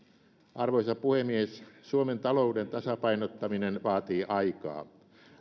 arvoisa puhemies suomen talouden tasapainottaminen vaatii aikaa